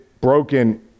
broken